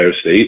State